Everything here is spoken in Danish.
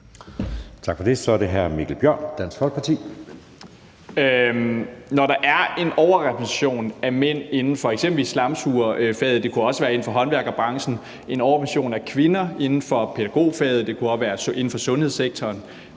Tak for det. Så er det hr. Mikkel Bjørn, Dansk Folkeparti. Kl. 18:08 Mikkel Bjørn (DF): Når der er en overrepræsentation af mænd inden for eksempelvis slamsugerfaget, det kunne også være inden for håndværkerbranchen, og en overrepræsentation af kvinder inden for pædagogfaget, det kunne også være inden for sundhedssektoren,